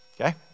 Okay